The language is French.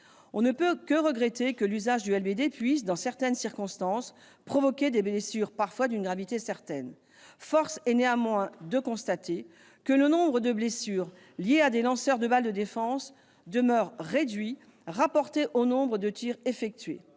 l'on ne peut que regretter que l'usage du LBD puisse, dans certaines circonstances, provoquer des blessures parfois d'une gravité certaine, force est de constater que le nombre de blessures liées à des lanceurs de balles de défense demeure réduit par rapport au nombre de tirs effectués.